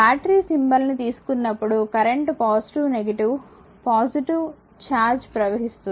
battery symbol ని తీసుకున్నప్పుడు current positive charge ప్రవహిస్తోంది